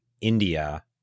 India